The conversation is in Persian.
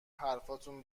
حرفاتون